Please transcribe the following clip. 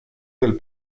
del